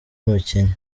mukinnyi